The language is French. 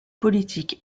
politique